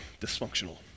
dysfunctional